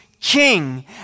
king